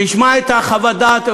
תשמע את חוות הדעת,